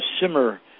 simmer